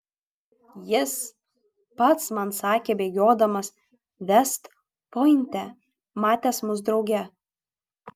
jis pats man sakė bėgiodamas vest pointe matęs mus drauge